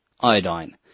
iodine